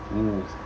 oo